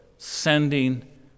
sending